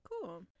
Cool